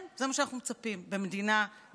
כן, זה מה שאנחנו מצפים במדינה דמוקרטית.